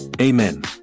Amen